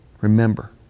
Remember